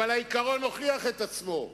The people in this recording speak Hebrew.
אבל העיקרון הוכיח את עצמו,